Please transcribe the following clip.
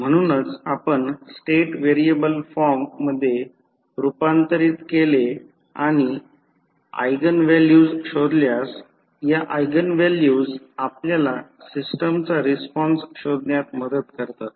म्हणूनच आपण state variable form मध्ये रुपांतरित केले आणि ऎगेन व्हॅल्यूज शोधल्यास ह्या ऎगेन व्हॅल्यूज आपल्याला सिस्टमचा रिस्पॉन्स शोधण्यात मदत करतात